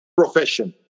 profession